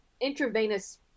intravenous